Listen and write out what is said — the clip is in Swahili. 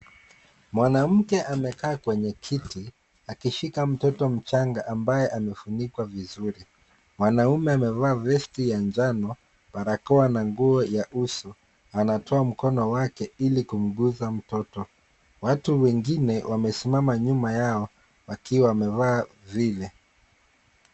Mwanamke amekaa kwenye kiti akishika mtoto mchanga ambaye amefunikwa vizuri. Mwanaume amevaa vest ya njano, barakoa na nguo ya uso anatoa mkono wake ili kumgusa mtoto. Watu wengine wamesimama nyuma yao wakiwa wamevaa vile.